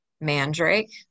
mandrake